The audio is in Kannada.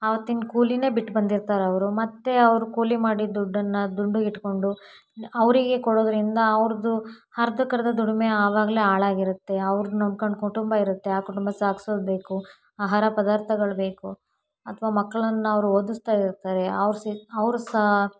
ಅವತ್ತಿನ ಕೂಲಿಯೇ ಬಿಟ್ಟು ಬಂದಿರ್ತಾರೆ ಅವರು ಮತ್ತು ಅವರು ಕೂಲಿ ಮಾಡಿದ ದುಡ್ಡನ್ನು ದುಡ್ಡು ಇಟ್ಟುಕೊಂಡು ಅವರಿಗೆ ಕೊಡೋದರಿಂದ ಅವ್ರದ್ದು ಅರ್ಧಕ್ಕರ್ಧ ದುಡಿಮೆ ಆವಾಗಲೇ ಹಾಳಾಗ್ ಇರುತ್ತೆ ಅವ್ರನ್ನ ನಂಬ್ಕೊಂಡು ಕುಟುಂಬ ಇರುತ್ತೆ ಆ ಕುಟುಂಬ ಸಾಗ್ಸೋದ್ಬೇಕು ಆಹಾರ ಪದಾರ್ಥಗಳು ಬೇಕು ಅಥವಾ ಮಕ್ಕಳನ್ನ ಅವರು ಓದಿಸ್ತಾ ಇರ್ತಾರೆ ಅವ್ರು ಸಿ ಅವರು ಸಾ